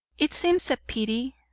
it seems a pity,